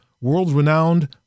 world-renowned